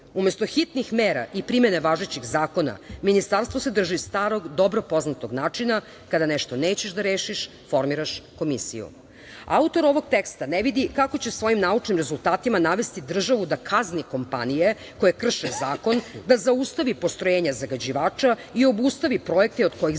Umesto hitnih mera i primene važećih zakona, Ministarstvo se drži starog dobro poznatog načina, kada nešto nećeš da rešiš, formiraš komisiju. Autor ovog teksta ne vidi kako će svojim naučnim rezultatima navesti državu da kazni kompanije koje krše zakon, da zaustavi postrojenja zagađivača i obustavi projekte od kojih